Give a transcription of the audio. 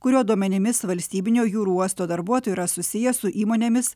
kurio duomenimis valstybinio jūrų uosto darbuotojai yra susiję su įmonėmis